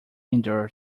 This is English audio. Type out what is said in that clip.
endure